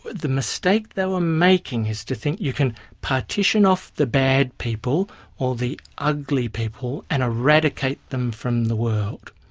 the mistake they were making is to think you can partition off the bad people or the ugly people and eradicate them from the world.